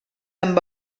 amb